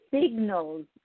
signals